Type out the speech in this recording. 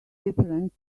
different